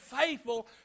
faithful